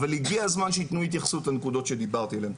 אבל הגיע הזמן שייתנו התייחסות לנקודות שדיברתי עליהן.